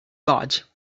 gauge